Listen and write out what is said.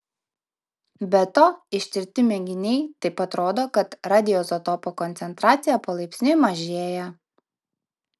be to ištirti mėginiai taip pat rodo kad radioizotopo koncentracija palaipsniui mažėja